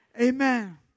Amen